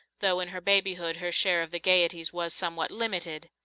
though in her babyhood her share of the gayeties was somewhat limited.